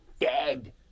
dead